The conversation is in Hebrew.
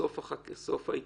סוף ההתיישנות,